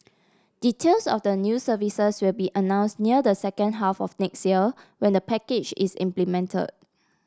details of the new services will be announce near the second half of next year when the package is implemented